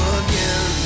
again